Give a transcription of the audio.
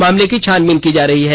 मामले की छानबीन की जा रही है